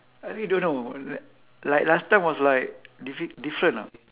I really don't know li~ like last time was like diff~ different ah